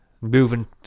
moving